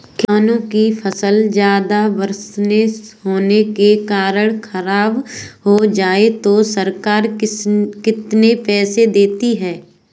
किसानों की फसल ज्यादा बरसात होने के कारण खराब हो जाए तो सरकार कितने रुपये देती है?